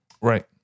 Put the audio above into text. Right